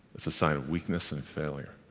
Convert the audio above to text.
it's a sign of weakness and failure.